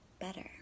better